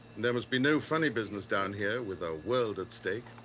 there must be no funny business down here with our world at stake.